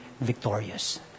victorious